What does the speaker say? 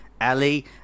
Ali